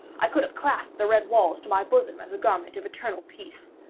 i could have clasped the red walls to my bosom as a garment of eternal peace.